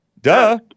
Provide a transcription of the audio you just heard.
Duh